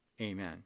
Amen